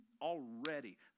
already